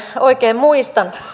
oikein muistan